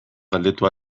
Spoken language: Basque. galdetu